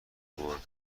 بٌرد